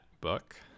book